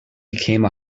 became